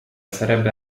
sarebbe